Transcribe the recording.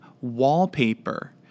wallpaper